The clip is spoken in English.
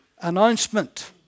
announcement